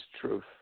truth